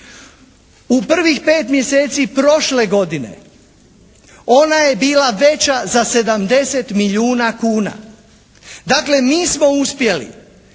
U prvih pet mjeseci prošle godine ona je bila veća za 70 milijuna kuna. Dakle, mi smo uspjeli